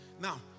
now